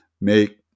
make